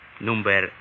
Number